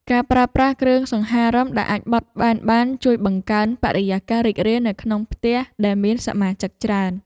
ការប្រើប្រាស់គ្រឿងសង្ហារិមដែលអាចបត់បែនបានជួយបង្កើនបរិយាកាសរីករាយនៅក្នុងផ្ទះដែលមានសមាជិកច្រើន។